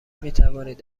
میتوانید